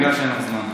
בגלל שאין לך זמן.